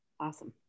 Awesome